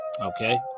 Okay